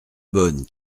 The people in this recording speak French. bonne